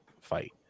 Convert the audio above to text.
fight